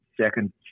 second